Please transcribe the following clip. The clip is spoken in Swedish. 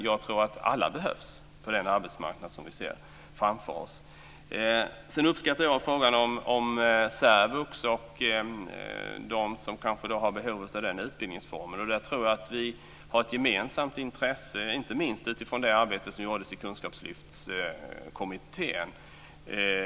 Jag tror att alla behövs på den arbetsmarknad som vi ser framför oss. Jag uppskattar frågan om särvux och dem som kanske har behov av den utbildningsformen. Jag tror att vi har ett gemensamt intresse av detta, inte minst utifrån det arbete som gjordes i Kunskapslyftskommittén.